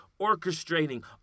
orchestrating